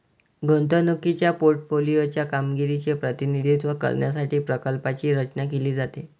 गुंतवणुकीच्या पोर्टफोलिओ च्या कामगिरीचे प्रतिनिधित्व करण्यासाठी प्रकल्पाची रचना केली आहे